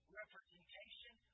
representation